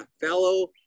Fellow